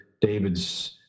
David's